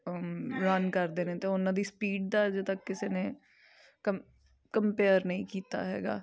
run ਕਰਦੇ ਨੇ ਤਾਂ ਉਹਨਾਂ ਦੀ ਸਪੀਡ ਦਾ ਅਜੇ ਤੱਕ ਕਿਸੇ ਨੇ ਕੰ ਕੰਪੇਅਰ ਨਹੀਂ ਕੀਤਾ ਹੈਗਾ